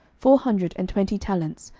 four hundred and twenty talents,